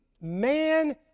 man